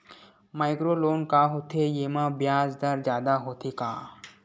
Micro loan का होथे येमा ब्याज दर जादा होथे का?